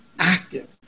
active